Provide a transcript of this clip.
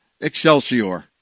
Excelsior